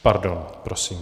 Pardon, prosím.